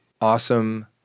awesome